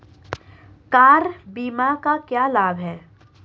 Car बीमा का क्या लाभ है?